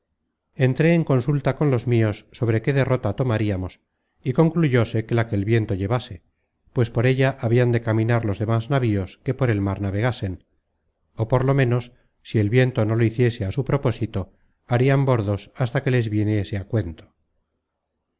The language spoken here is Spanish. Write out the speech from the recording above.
entré en consulta con los mios sobre qué derrota tomariamos y concluyóse que la que el viento llevase pues por ella habian de caminar los demas navios que por el mar navegasen ó por lo menos si el viento no hiciese a su propósito harian bordos hasta que les viniese á cuento